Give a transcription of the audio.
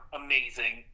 amazing